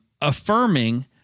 affirming